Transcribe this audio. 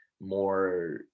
more